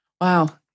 Wow